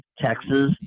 Texas